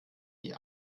die